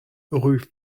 rue